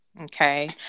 okay